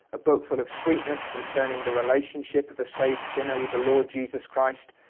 a book full of sweetness concerning the relationship of a saved sinner with the lord jesus christ,